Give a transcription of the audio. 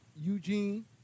Eugene